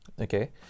Okay